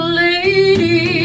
lady